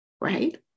right